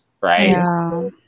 right